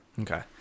Okay